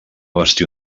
vestir